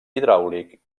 hidràulic